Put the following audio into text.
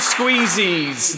Squeezies